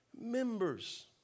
members